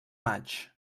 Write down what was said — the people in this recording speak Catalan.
maig